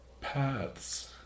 paths